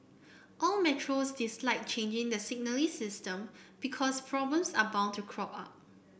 all metros dislike changing the signalling system because problems are bound to crop up